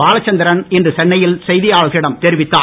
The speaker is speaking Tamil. பாலச்சந்திரன் இன்று சென்னையில் செய்தியாளர்களிடம் தெரிவித்தார்